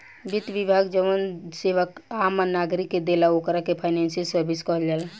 वित्त विभाग जवन सेवा आम नागरिक के देला ओकरा के फाइनेंशियल सर्विस कहल जाला